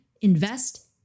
invest